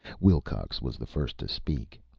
wilcox was the first to speak.